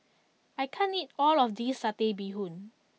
I can't eat all of this Satay Bee Hoon